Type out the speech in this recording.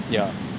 yeah